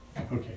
Okay